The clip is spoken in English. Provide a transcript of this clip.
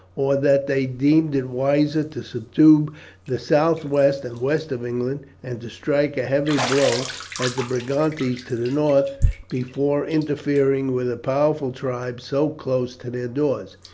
or that they deemed it wiser to subdue the southwest and west of england, and to strike a heavy blow at the brigantes to the north before interfering with a powerful tribe so close to their doors,